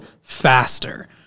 faster